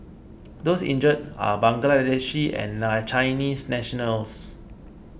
those injured are Bangladeshi and Chinese nationals